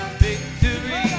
victory